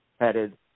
headed